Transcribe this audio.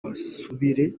basubire